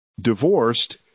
divorced